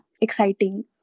exciting